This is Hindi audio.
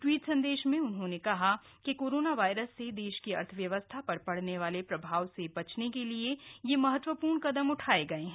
ट्वीट संदेश में उन्होंने कहा कि कोरोना वायरस से देश की अर्थव्यवस्था पर पड़ने वाले प्रभाव से बचाने के लिए ये महत्वपूर्ण कदम उठाएं गए हैं